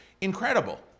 incredible